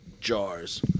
jars